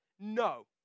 no